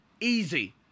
easy